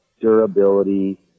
durability